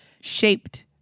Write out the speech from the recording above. shaped